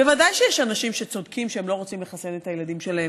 בוודאי שיש אנשים שצודקים שהם לא רוצים לחסן את הילדים שלהם.